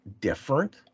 different